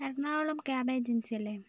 Ernakulam cab ഏജൻസിയല്ലേ